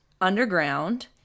underground